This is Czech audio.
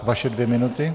Vaše dvě minuty.